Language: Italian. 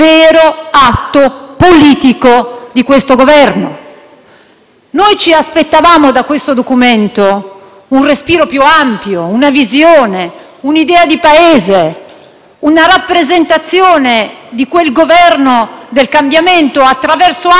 ci aspettavamo un respiro più ampio, una visione, un'idea di Paese e una rappresentazione di quel Governo del cambiamento attraverso atti spalmati sulle poste di bilancio dello Stato.